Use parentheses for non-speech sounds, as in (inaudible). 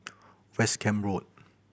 (noise) West Camp Road